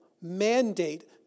mandate